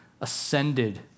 ascended